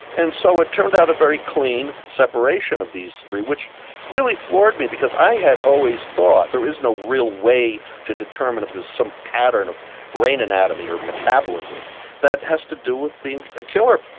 and so it turned out a very clean separation of these three, which really floored me, because i had always thought there is no real way to determine if there's some pattern of brain anatomy or metabolism that has to do with being a killer.